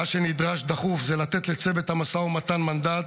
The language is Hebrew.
מה שנדרש דחוף זה לתת לצוות המשא ומתן מנדט,